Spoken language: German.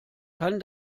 kann